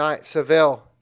Seville